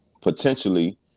Potentially